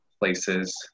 places